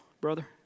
brother